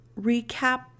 recap